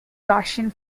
gaussian